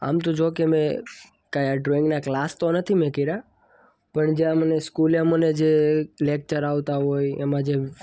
આમ તો જોકે મેં કાંઈ આ ડ્રોઈંગના ક્લાસ તો નથી મેં કર્યા પણ જ્યાં મને સ્કૂલે અમને જે લેક્ચર આવતા હોય એમાં જે